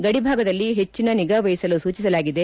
ಗಡಿ ಭಾಗದಲ್ಲಿ ಹೆಚ್ಚಿನ ನಿಗಾವಹಿಸಲು ಸೂಚಿಸಲಾಗಿದೆ